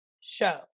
show